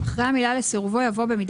הסתייגות מספר 2. ב-28א(ג)